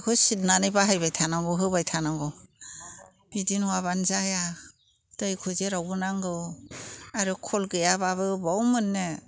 बेखौ जिरनानै बाहायबाय थानांगौ होबाय थानांगौ बिदि नङाबानो जाया दैखौ जेरावबो नांगौ आरो खल गैयाबाबो बबाव मोननो